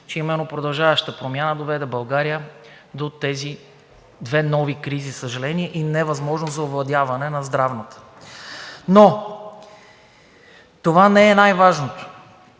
че една продължаваща промяна доведе България до тези две нови кризи, за съжаление, и невъзможност за овладяване на здравната. Но това не е най-важното.